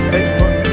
Facebook